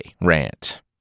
rant